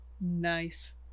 nice